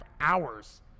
hours